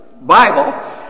Bible